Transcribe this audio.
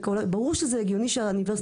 כשאין את,